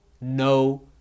no